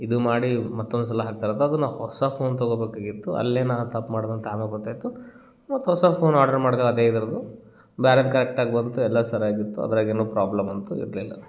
ಇದು ಮಾಡಿ ಮತ್ತೊಂದು ಸಲ ಹಾಕ್ತಾರೆ ಅದು ಅದು ನಾ ಹೊಸ ಫೋನ್ ತಗೊಬೇಕಾಗಿತ್ತು ಅಲ್ಲೇ ನಾ ತಪ್ಪು ಮಾಡ್ದೆ ಅಂತ ಆಮ್ಯಾಲ್ ಗೊತ್ತಾಯಿತು ಮತ್ತೆ ಹೊಸ ಫೋನ್ ಆರ್ಡ್ರ್ ಮಾಡ್ದೆವು ಅದೇ ಇದರದು ಬ್ಯಾರೆದು ಕರೆಕ್ಟಾಗಿ ಬಂತು ಎಲ್ಲ ಸರ್ಯಾಗಿ ಇತ್ತು ಅದ್ರಾಗ ಏನೂ ಪ್ರಾಬ್ಲಮ್ ಅಂತೂ ಇರಲಿಲ್ಲ